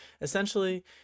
essentially